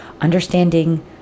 Understanding